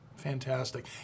fantastic